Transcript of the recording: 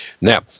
Now